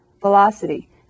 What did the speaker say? velocity